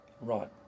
Right